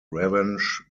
revenge